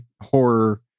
horror